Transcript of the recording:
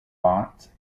bots